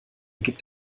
gibt